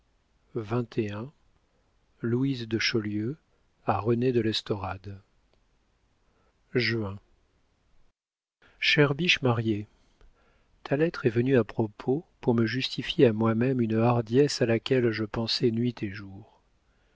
louise de chaulieu a renée de l'estorade juin chère biche mariée ta lettre est venue à propos pour me justifier à moi-même une hardiesse à laquelle je pensais nuit et jour